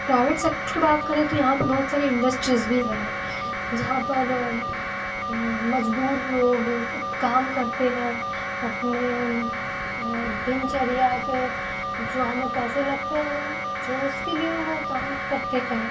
private sector की बात करें तो यहाँ पर बहुत सारी इंडस्ट्रीज़ भी हैं जहाँ पर मज़दूर लोग काम करते हैं अपने दिनचर्या के जो हमें पैसे लगते हैं जो उसके लिए वो काम करते हैं